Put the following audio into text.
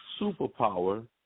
superpower